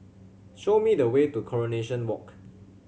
show me the way to Coronation Walk